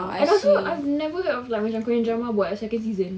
and also I've never heard of like macam korean drama buat second season